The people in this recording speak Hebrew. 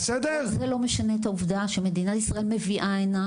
אבל זה לא משנה את העובדה שמדינת ישראל מביאה הנה,